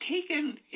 taken